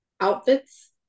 outfits